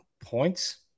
points